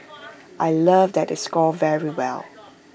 I love that they scored very well